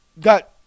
got